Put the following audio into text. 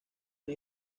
una